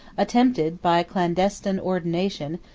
attempted, by a clandestine ordination,